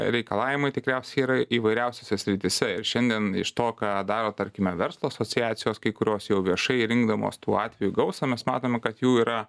reikalavimai tikriausiai yra įvairiausiose srityse ir šiandien iš to ką daro tarkime verslo asociacijos kai kurios jau viešai rinkdamos tuo atveju gausą mes matome kad jų yra